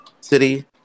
city